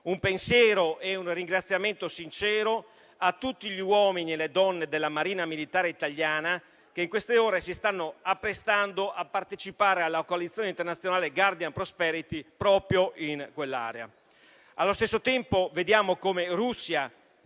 un pensiero e un ringraziamento sincero a tutti gli uomini e le donne della Marina militare italiana, che in queste ore si stanno apprestando a partecipare alla coalizione internazionale Prosperity Guardian, proprio in quell'area. Allo stesso tempo, vediamo come Russia